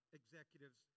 executives